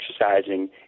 exercising